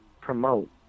promote